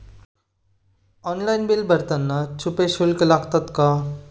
Online bill भरताना छुपे शुल्क लागतात का?